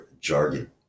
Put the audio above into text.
jargon